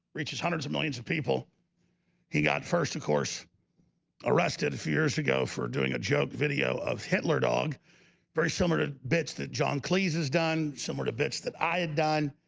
reaches hundreds of millions of people he got first, of course arrested a few years ago for doing a joke video of hitler dog very similar to bits that john cleese has done similar to bits that i had done